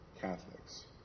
Catholics